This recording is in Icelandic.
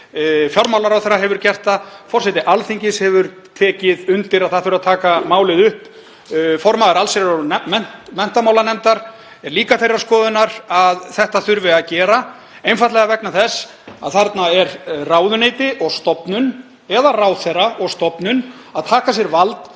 Fjármálaráðherra hefur gert það. Forseti Alþingis hefur tekið undir að það þurfi að taka málið upp. Formaður allsherjar- og menntamálanefndar er líka þeirrar skoðunar að þetta þurfi að gera, einfaldlega vegna þess að þarna tekur ráðuneyti og stofnun, eða ráðherra og stofnun, sér vald